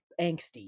angsty